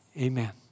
amen